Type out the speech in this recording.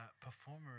Performer